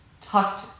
tucked